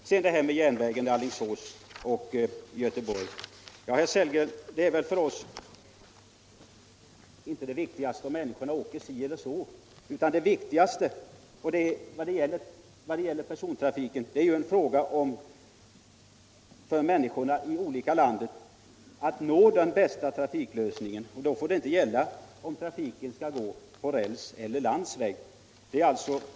Sedan när det gäller järnvägen Alingsås-Göteborg är det .väl så, herr Sellgren, att det för oss inte är det viktigaste om människor åker si eller så, utan det viktigaste beträffande persontrafiken är att för människorna ute i landet nå den bästa trafiklösningen. Då får inte frågan gälla om trafiken skall gå på räls eller landsväg.